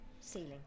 ceiling